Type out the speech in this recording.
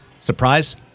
Surprise